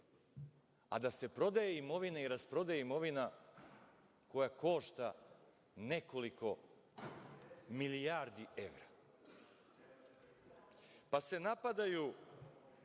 a da se prodaje imovina i rasprodaje imovina koja košta nekoliko milijardi evra. Pa se napadaju